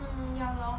mm ya lor